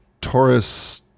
Taurus